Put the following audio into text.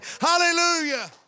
hallelujah